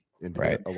right